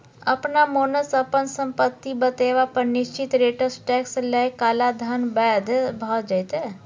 अपना मोनसँ अपन संपत्ति बतेबा पर निश्चित रेटसँ टैक्स लए काला धन बैद्य भ जेतै